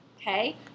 okay